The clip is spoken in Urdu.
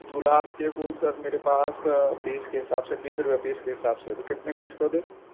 گلاب کے پھول سر میرے پاس پیس کے حساب سے بیس روپے پیس کے حساب سے ہے تو کتنے پیس کر دیں